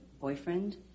boyfriend